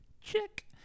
check